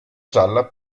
gialla